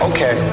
Okay